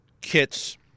kits